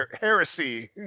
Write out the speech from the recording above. heresy